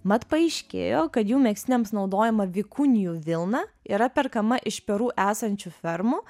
mat paaiškėjo kad jų megztiniams naudojama vikunijų vilna yra perkama iš peru esančių fermų